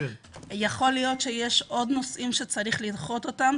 יכול להיות שיש עוד נושאים שצריך לדחות אותם,